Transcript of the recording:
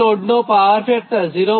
તો લોડનો power factor 0